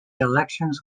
elections